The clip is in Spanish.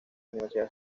universidad